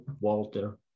Walter